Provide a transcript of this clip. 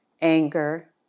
anger